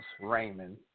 Raymond